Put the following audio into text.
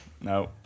No